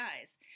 guys